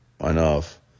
enough